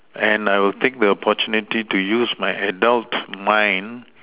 and I will take the opportunity to use my adult mind